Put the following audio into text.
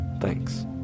Thanks